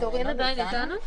דורין תתייחס לזה?